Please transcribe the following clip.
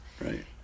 Right